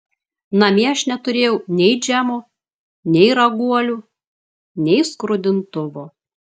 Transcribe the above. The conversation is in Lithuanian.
namie aš neturėjau nei džemo nei raguolių nei skrudintuvo